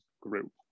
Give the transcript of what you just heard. Group